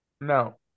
No